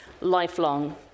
lifelong